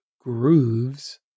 grooves